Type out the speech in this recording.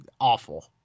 awful